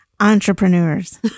entrepreneurs